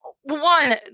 one